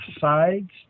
sides